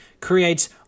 creates